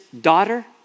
daughter